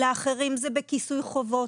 לאחרים זה בכיסוי חובות.